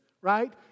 right